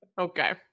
okay